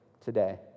Today